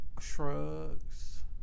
Shrugs